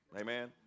Amen